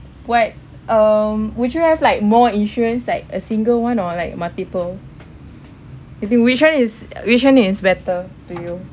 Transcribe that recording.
what um would you have like more insurance like a single one or like multiple you think which one is which one is better for you